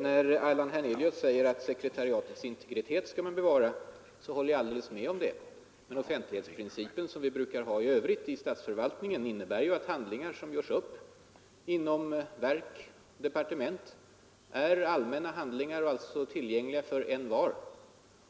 När herr Hernelius säger att man skall bevara ”sekretariatets integritet” håller jag helt med om det. Offentlighetsprincipen som råder i övrigt inom statsförvaltningen innebär ju att handlingar som görs upp inom verk och departement är allmänna handlingar och alltså tillgängliga för envar.